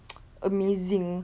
amazing